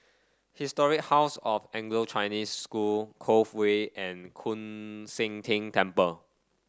Historic House of Anglo Chinese School Cove Way and Koon Seng Ting Temple